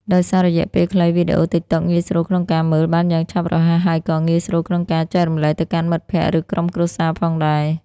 ដោយសាររយៈពេលខ្លី វីដេអូ TikTok ងាយស្រួលក្នុងការមើល បានយ៉ាងឆាប់រហ័ស ហើយក៏ ងាយស្រួលក្នុងការចែករំលែក ទៅកាន់មិត្តភក្ដិ ឬក្រុមគ្រួសារផងដែរ។